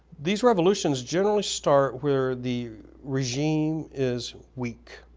these revolutions generally start where the regime is weak,